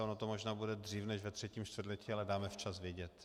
Ono to možná bude dřív než ve třetím čtvrtletí, ale dáme včas vědět.